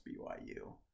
BYU